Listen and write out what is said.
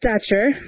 stature